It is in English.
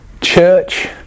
church